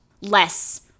less